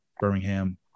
Birmingham